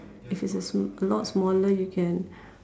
if it's a s~ a lot smaller you can